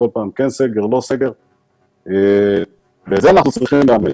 כל פעם כן סגר או לא סגר ואת זה אנחנו צריכים לפתור,